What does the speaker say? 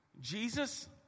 Jesus